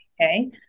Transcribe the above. okay